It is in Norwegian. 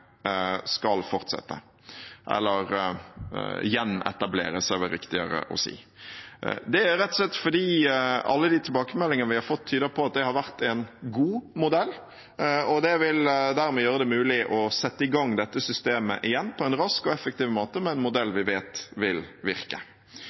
skal fortsette – eller gjenetableres, er det vel riktigere å si. Det er rett og slett fordi alle de tilbakemeldinger vi har fått, tyder på at det har vært en god modell, og det vil dermed gjøre det mulig å sette i gang dette systemet igjen på en rask og effektiv måte, med en modell